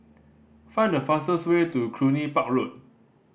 find the fastest way to Cluny Park Road